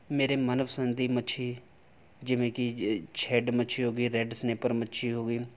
ਮੇਰੇ ਮਨਪਸੰਦੀ ਮੱਛੀ ਜਿਵੇਂ ਕੀ ਸ਼ੈੱਡ ਮੱਛੀ ਹੋ ਗਈ ਰੈੱਡ ਸਨੈਪਰ ਮੱਛੀ ਹੋ ਗਈ